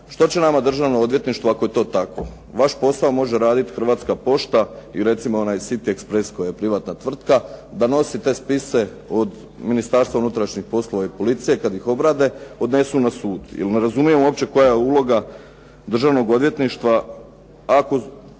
što će nama državno odvjetništvo ako je to tako. Vaš posao može raditi Hrvatska pošta i recimo onaj "City express" koji je privatna tvrtka da nosi te spise od Ministarstva unutrašnjih poslova i policije kad ih obrade odnesu na sud. Jer ne razumijem uopće koja je uloga državnog odvjetništva ako